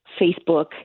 Facebook